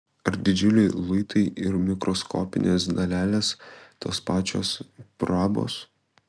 ar didžiuliai luitai ir mikroskopinės dalelės tos pačios prabos